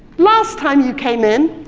last time you came in,